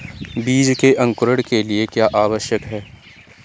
बीज के अंकुरण के लिए क्या आवश्यक है?